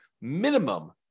minimum